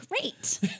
Great